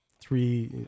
three